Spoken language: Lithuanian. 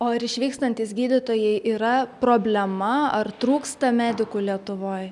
o ar išvykstantys gydytojai yra problema ar trūksta medikų lietuvoj